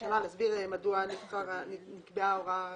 מהממשלה להסביר מדוע נקבעה ההוראה